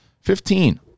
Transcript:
Fifteen